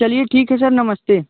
चलिए ठीक है सर नमस्ते